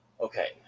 Okay